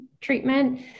treatment